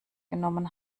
genommen